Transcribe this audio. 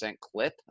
clip